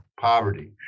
poverty